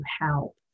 help